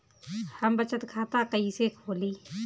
हम बचत खाता कईसे खोली?